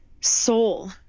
Soul